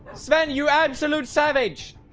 spend you absolute savage